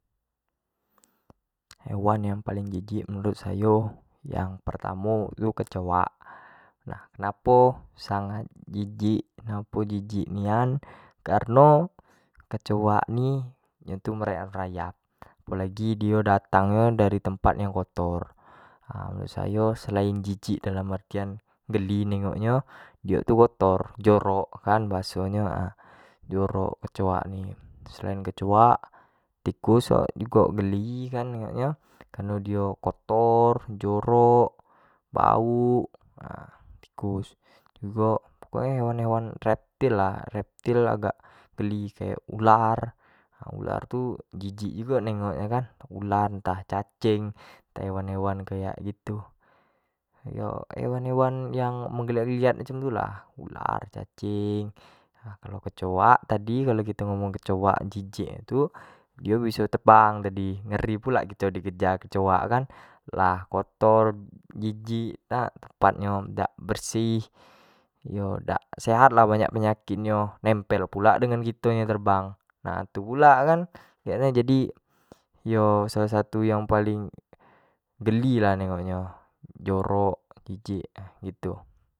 hewan yang paling jijik menurut sayo yang pertamo tu kecoak ngapo sangat jijik, ngapo jijik nian kareno kecoak ni nyo tu merayap- rayap apo lagi dio dating nyo dari tempat yang kotor sayo selain jijik dalam artian geli nengok nyo dio tu kotor jorok kan, biaso nyo kan jorok kecoak ni, selain kecoak, tikus jugo geli kan nengok nyo kareno dio kotor, jorok, bauk dan jugo hewan-hewan reptile lah, reptile agak geli kayak ular, ular tu jijik jugo jingok nyo kan, ular ntah cacing, hewan kayak gitu, hewan- hewan yang menggeliat-geliat cam itu lah ular, cacing, kecoak tadi kalau kito ngomong kecoak jijik itu dio biso terbang ngeri pula kito bisa di kejar kecoak gitu kan, lah kotor jijik dak tepat nyo dak bersih iyo dak sehat lah nempel pulak kek gitun pulak kan iyo salah satu yang paling ngeri nengok nyo, jijik pokok nyo.